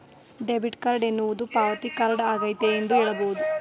debit card ಎನ್ನುವುದು ಪಾವತಿ card ಆಗೈತೆ ಎಂದು ಹೇಳಬಹುದು